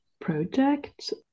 project